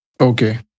Okay